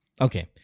Okay